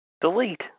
Delete